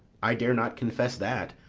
i dare not confess that,